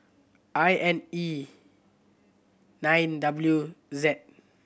I N E nine W Z